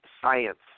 science